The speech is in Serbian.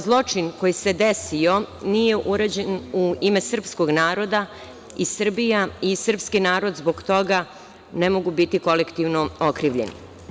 Zločin koji se desio nije urađen u ime srpskog naroda i srpski narod i Srbija zbog toga ne mogu biti kolektivno okrivljeni.